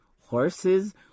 horses